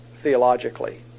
theologically